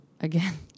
again